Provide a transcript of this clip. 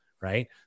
right